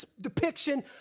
depiction